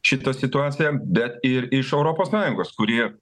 šitą situaciją bet ir iš europos sąjungos kuri